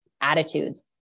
attitudes